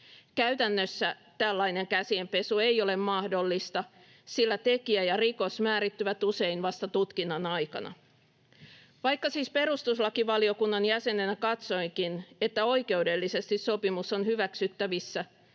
Käytännössä tällainen käsienpesu ei ole mahdollista, sillä tekijä ja rikos määrittyvät usein vasta tutkinnan aikana. Vaikka siis perustuslakivaliokunnan jäsenenä katsoinkin, että oikeudellisesti sopimus on hyväksyttävissä,